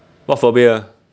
what phobia